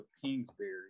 Kingsbury